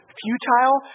futile